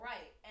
Right